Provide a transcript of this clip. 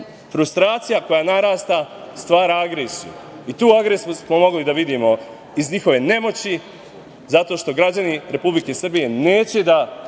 frustracija koja narasta stvara agresiju i tu agresiju smo mogli da vidimo iz njihove nemoći zato što građani Republike Srbije neće da